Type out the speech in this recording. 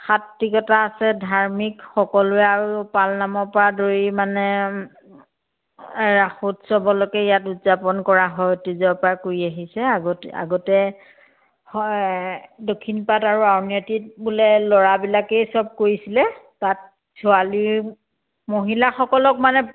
সাত্তিকতা আছে ধাৰ্মিক সকলোৱে আৰু পালনামৰ পৰা ধৰি মানে ৰাসোৎসৱলৈকে ইয়াত উদযাপন কৰা হয় অতিজৰ পৰা কৰি আহিছে আগতে আগতে হয় দক্ষিণপাট আৰু আউনিআটিত বোলে ল'ৰাবিলাকেই চব কৰিছিলে তাত ছোৱালী মহিলাসকলক মানে